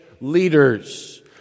leaders